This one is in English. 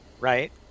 right